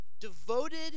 devoted